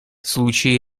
случаи